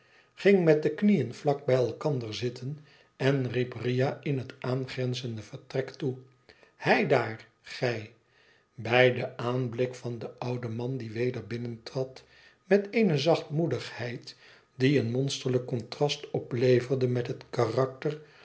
ging met de knieën vlak bij elkander zitten en riep riah in het aangrenzende vertrek toe heidaar gij bijden aanblik van den ouden man die weder binnentrad met eene zachtmoedigheid die een monsterlijk contrast opleverde met het karakter